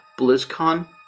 BlizzCon